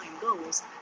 goals